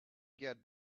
get